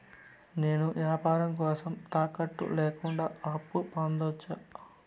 నేను వ్యాపారం కోసం తాకట్టు లేకుండా అప్పు పొందొచ్చా?